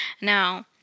Now